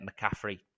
McCaffrey